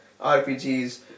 RPGs